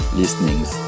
listenings